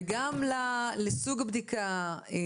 וגם לסוג הבדיקה.